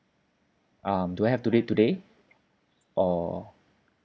um do I have to give today or